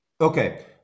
Okay